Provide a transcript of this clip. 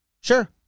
Sure